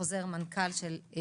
חוזר מנכ"ל של 2022,